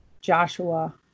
Joshua